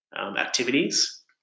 activities